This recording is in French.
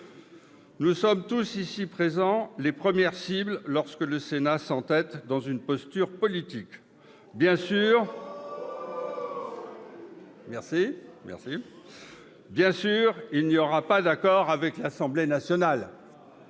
Nous sommes tous ici les premières cibles lorsque le Sénat s'entête dans une posture politique. Bien sûr, il n'y aura pas d'accord avec l'Assemblée nationale.